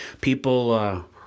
people